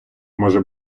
може